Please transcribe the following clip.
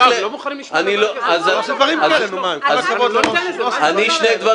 שבועיים הוא בתפקיד --- בסדר,